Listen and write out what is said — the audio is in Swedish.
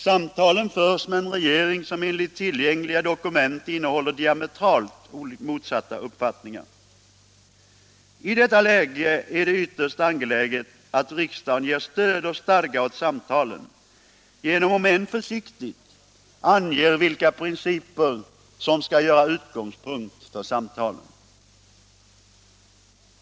Samtalen förs med en regering som enligt tillgängliga dokument innehåller diametralt olika uppfattning I detta läge är det ytterst angeläget att riksdagen ger stöd och stadga åt samtalen genom — om än försiktigt — att ange vilka principer som skall utgöra utgångspunkt för samtalen.